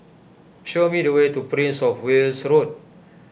show me the way to Prince of Wales Road